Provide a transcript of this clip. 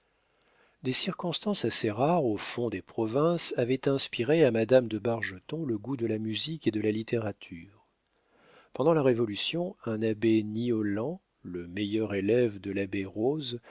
des circonstances assez rares au fond des provinces avaient inspiré à madame de bargeton le goût de la musique et de la littérature pendant la révolution un abbé niollant le meilleur élève de l'abbé roze